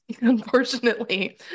Unfortunately